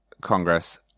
Congress